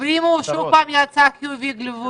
ואם הוא שוב פעם יצא חיובי-גבולי?